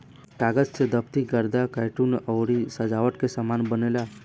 कागज से दफ्ती, गत्ता, कार्टून अउरी सजावट के सामान बनेला